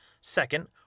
Second